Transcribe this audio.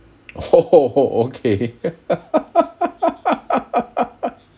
okay